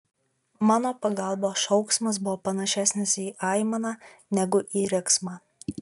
mano pagalbos šauksmas buvo panašesnis į aimaną negu į riksmą